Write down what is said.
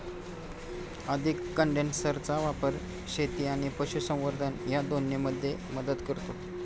अधिक कंडेन्सरचा वापर शेती आणि पशुसंवर्धन या दोन्हींमध्ये मदत करतो